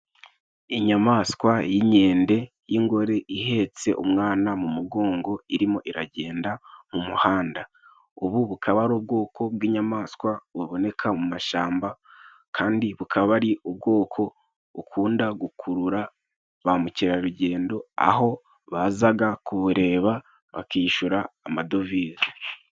Inyamaswa y'inkende y'ingore ihetse umwana mu mugongo irimo iragenda mu muhanda. Ubu bukaba ari ubwoko bw'inyamaswa buboneka mu mashamba kandi bukaba ari ubwoko bukunda gukurura ba mukerarugendo aho bazaga kubureba bakishura amadovize.